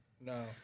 No